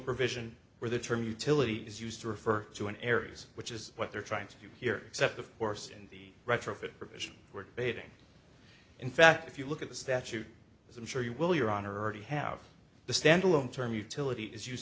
provision where the term utility is used to refer to an aries which is what they're trying to do here except of course in the retrofit provision we're debating in fact if you look at the statute as i'm sure you will your honor already have the standalone term utility is use